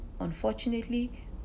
unfortunately